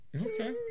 Okay